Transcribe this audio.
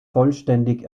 vollständig